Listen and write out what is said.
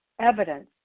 evidence